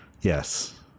Yes